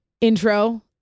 intro